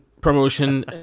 promotion